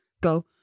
go